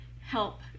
help